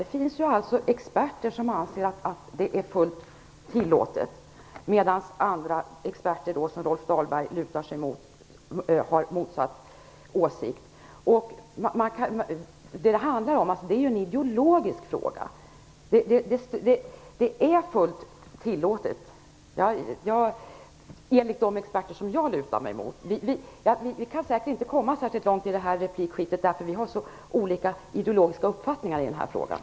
Det finns alltså experter som anser att detta är fullt tillåtet, medan andra - som Rolf Dahlberg lutar sig mot - har motsatt uppfattning. Det här är en ideologisk fråga. Det är fullt tillåtet enligt de experter som jag stöder mig på. Vi kommer säkert inte längre i det här replikskiftet - vi har så olika ideologiska uppfattningar i den här frågan.